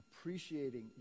appreciating